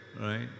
right